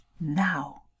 Now